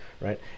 right